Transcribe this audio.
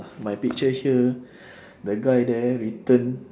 my picture here the guy there written